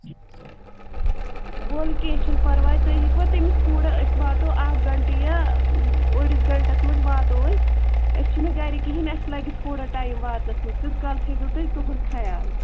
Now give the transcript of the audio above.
ولہٕ کیٚنٛہہ چھُنہٕ پَرواے تُہۍ ہیٚکوا تٔمِس تھوڑا أسۍ واتو اکھ گَنٹہٕ یا أڈِس گَنٹَس منٛز واتو أسۍ أسۍ چھِنہٕ گرِ کِہیٖنۍ اَسہِ لَگہِ تھوڑا ٹایم واتنَس منٛز تِتہٕ کال تھٲوِزیٚو تُہۍ تِہُنٛد خیال